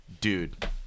dude